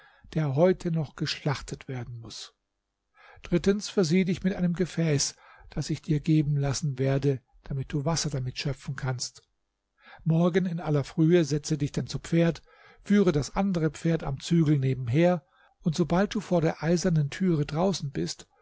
der heute noch geschlachtet werden muß drittens versieh dich mit einem gefäß daß ich dir geben lassen werde damit du wasser damit schöpfen kannst morgen in aller frühe setze dich dann zu pferd führe das andere pferd am zügel nebenher und sobald du vor der eisernen türe draußen bist